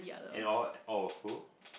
and award all of who